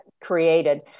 created